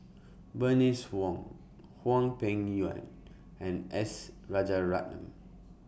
Bernice Wong Hwang Peng Yuan and S Rajaratnam